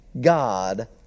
God